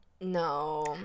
No